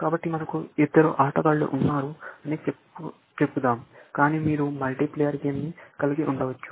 కాబట్టి మనకు ఇద్దరు అత్తగాలు ఉన్నారు అని చెపుదాం కానీ మీరు మల్టీ ప్లేయర్ గేమ్ ని కలిగి ఉండవచ్చు